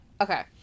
Okay